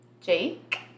Jake